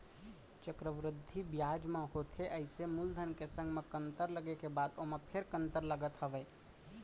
चक्रबृद्धि बियाज म होथे अइसे मूलधन के संग म कंतर लगे के बाद ओमा फेर कंतर लगत हावय